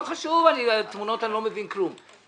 לא חשוב, בתמונות אני לא מבין כלום.